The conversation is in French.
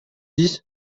dix